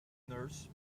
nurse